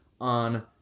on